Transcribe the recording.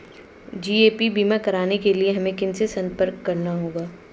GAP बीमा कराने के लिए हमें किनसे संपर्क करना होगा?